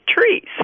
trees